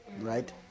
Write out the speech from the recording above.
right